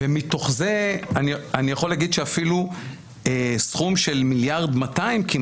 ומתוך זה אני יכול להגיד שאפילו סכום של מיליארד ומאתיים,